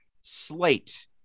slate